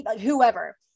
whoever